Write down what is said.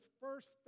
first